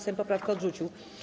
Sejm poprawkę odrzucił.